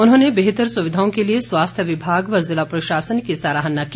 उन्होंने बेहतर सुविधाओं के लिए स्वास्थ्य विभाग व जिला प्रशासन की सराहना की